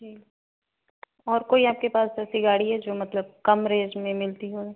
जी और कोई आपके पास ऐसी गाड़ी है जो मतलब कम रेन्ज में मिलती हो